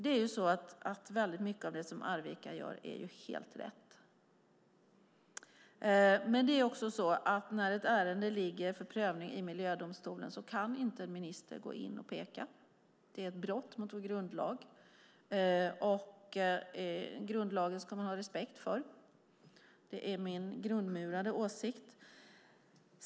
Mycket av det som Arvika gör är helt rätt. Men när ett ärende ligger för prövning i Miljödomstolen kan inte en minister gå in och peka. Det är ett brott mot vår grundlag, och grundlagen ska man ha respekt för. Det är min grundmurade åsikt.